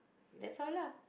that's why lah